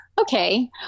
Okay